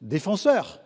défenseur